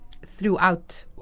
Throughout